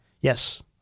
Yes